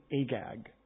Agag